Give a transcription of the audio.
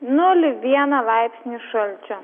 nulį vieną laipsnį šalčio